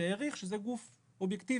שהעריך שזה גוף אובייקטיבי,